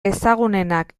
ezagunenak